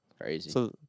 Crazy